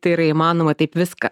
tai yra įmanoma taip viską